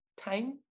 time